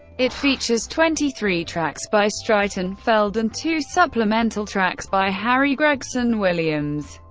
it features twenty three tracks by streitenfeld and two supplemental tracks by harry gregson-williams.